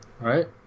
Right